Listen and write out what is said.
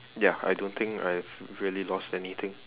ya I don't think I have really lost anything